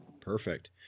Perfect